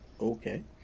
Okay